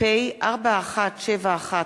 פניה קירשנבאום ומשה גפני,